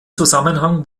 zusammenhang